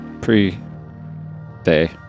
pre-day